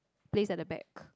place at the back